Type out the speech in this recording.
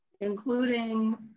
including